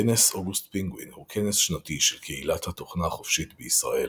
כנס אוגוסט פינגווין הוא כנס שנתי של קהילת התוכנה החופשית בישראל